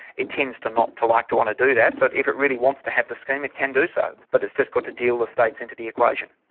it tends to not to like to want to do that, but if it really wants to have the scheme it can do so, but it's just got to deal the states into the equation.